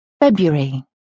February